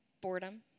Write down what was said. Boredom